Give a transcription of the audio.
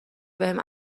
بهم